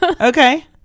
Okay